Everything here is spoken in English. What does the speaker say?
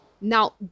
now